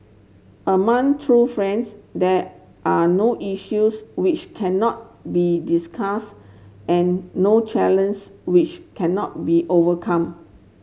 among true friends there are no issues which cannot be discussed and no which cannot be overcome